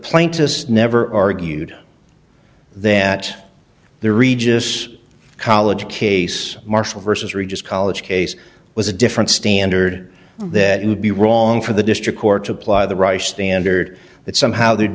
plaintiff never argued that the regis college case marshall versus regis college case was a different standard that it would be wrong for the district court to apply the right standard that somehow there'd